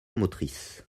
motrice